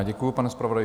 Děkuji, pane zpravodaji.